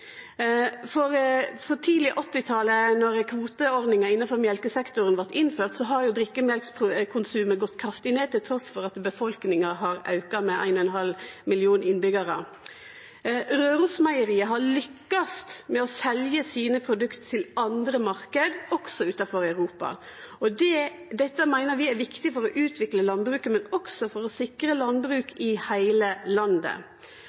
kvoteordninga innanfor mjølkesektoren blei innført, har drikkemjølkskonsumet gått kraftig ned, trass i at befolkninga har auka med éin og ein halv millionar innbyggjarar. Rørosmeieriet har lykkast med å selje produkta sine til andre marknader, også utanfor Europa. Dette meiner vi er viktig for å utvikle landbruket, men også for å sikre landbruk i heile landet.